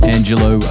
Angelo